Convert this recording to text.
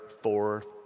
fourth